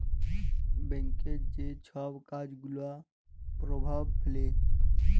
ব্যাংকের যে ছব কাজ গুলা পরভাব ফেলে